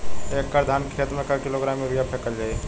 एक एकड़ धान के खेत में क किलोग्राम यूरिया फैकल जाई?